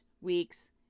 week's